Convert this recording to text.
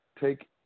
take